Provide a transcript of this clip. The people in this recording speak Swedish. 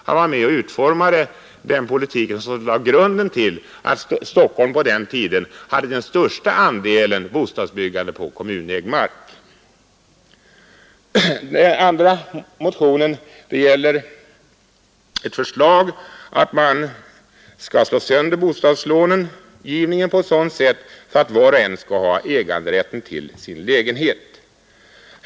Han var med om att utforma den politik som lade grunden till att Stockholm på den tiden hade den största andelen bostadsbyggande på kommunägd mark. Den andra motionen gäller ett förslag om att slå sönder bostadslånegivningen på sådant sätt att var och en skall ha äganderätten till sin lägenhet.